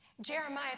Jeremiah